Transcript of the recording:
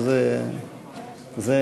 אנחנו